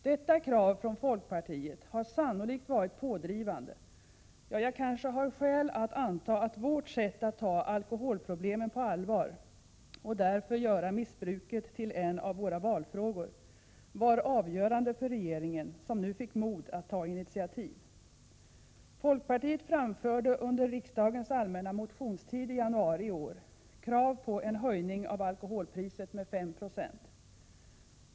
Detta krav från folkpartiet har sannolikt varit pådrivande — ja, jag kanske har skäl att anta att vårt sätt att ta alkoholproblemen på allvar och därför göra missbruket till en av våra valfrågor var avgörande för regeringen, som nu fick mod att ta initiativ. Folkpartiet framförde under riksdagens allmänna motionstid i januari i år krav på en höjning av alkoholpriset med 5 96.